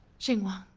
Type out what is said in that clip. xinguang,